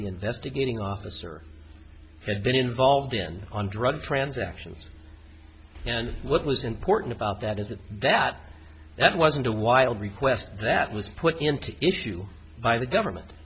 investigating officer had been involved in on drug transactions and what was important about that is that that that wasn't a wild request that was put into issue by the government